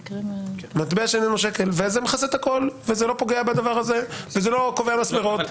אז זה מכסה את הכול וזה לא פוגע בדבר הזה וזה לא קובע מסמרות.